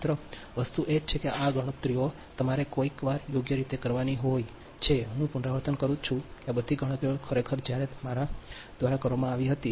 માત્ર વસ્તુ એ છે કે આ ગણતરીઓ તમારે કોઈક વાર યોગ્ય રીતે કરવાની હોય છે હું પુનરાવર્તન કરું છું કે આ બધી ગણતરીઓ ખરેખર જ્યારે મારા દ્વારા કરવામાં આવી હતી